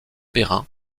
perrin